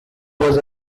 was